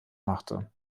machte